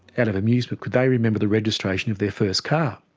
out of amusement, could they remember the registration of their first car.